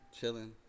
Chilling